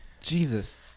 Jesus